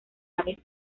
aves